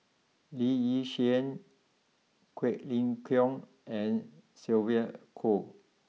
Lee Yi Shyan Quek Ling Kiong and Sylvia Kho